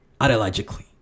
ideologically